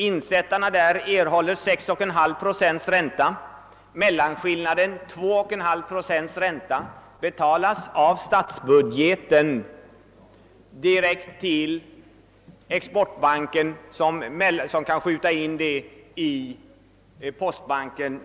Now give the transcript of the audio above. Insättarna där erhåller 6,5 procents ränta. Mellanskillnaden, 2,5 procents ränta, betalas över statsbudgeten direkt till Export-importbanken.